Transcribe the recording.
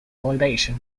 validation